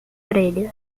orelha